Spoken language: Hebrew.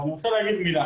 ואני רוצה להגיד מילה